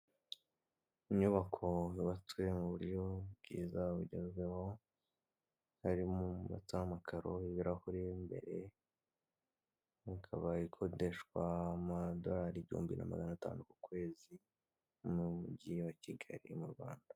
Inyubako yubatswe mu buryo bwiza bugezweho harimo amakaro, ibirahure imbere ikaba ikodeshwa amadorari ibihumbi magana atanu ku kwezi mu mugi wa kigali mu rwanda.